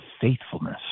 faithfulness